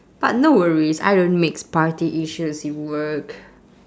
but no worries I don't mix party issues with work